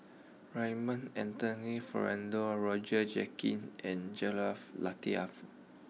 Raymond Anthony Fernando Roger Jenkins and Latiff